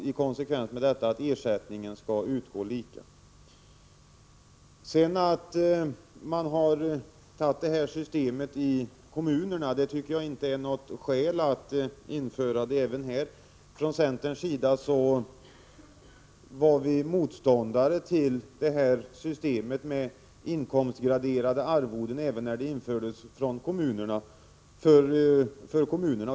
I konsekvens därmed skulle det alltså utgå samma ersättning. Att systemet införts i kommunerna tycker jag inte utgör något skäl för att införa det i det här fallet. Centern var motståndare till inkomstgraderade arvoden även då de infördes för kommunernas del.